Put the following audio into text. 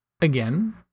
again